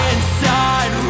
Inside